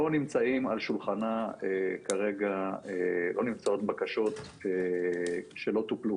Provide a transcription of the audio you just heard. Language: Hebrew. לא נמצאות כרגע על שולחנה בקשות שלא טופלו.